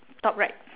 top right